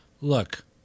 look